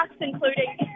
including